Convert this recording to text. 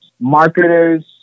marketers